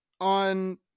on